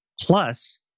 Plus